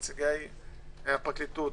נציגי הפרקליטות,